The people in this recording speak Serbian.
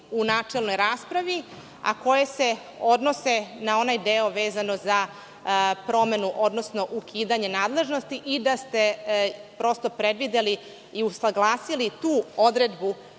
u načelnoj raspravi, a koje se odnose na onaj deo vezano za promenu, odnosno ukidanje nadležnosti i da ste prosto predvideli i usaglasili tu odredbu